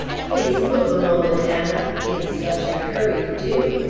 please move a moment, anna! in such a hurry, do!